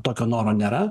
tokio noro nėra